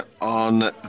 on